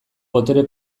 botere